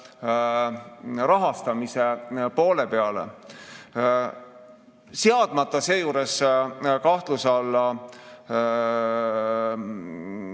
rahastamise poolele, seadmata seejuures kahtluse alla